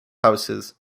houses